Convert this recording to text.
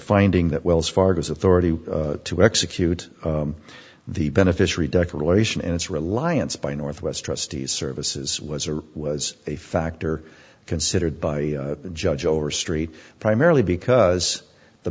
finding that wells fargo's authority to execute the beneficiary declaration and its reliance by northwest trustees services was or was a factor considered by the judge overstreet primarily because the